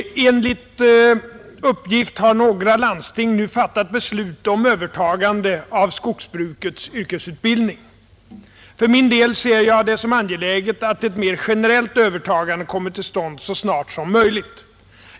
Enligt uppgift har några landsting nu fattat beslut om övertagande av skogsbrukets yrkesutbildning. För min del ser jag det som angeläget att ett mer generellt övertagande kommer till stånd så snart som möjligt.